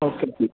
okay